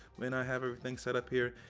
when i have everything setup here.